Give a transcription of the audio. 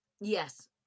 Yes